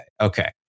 Okay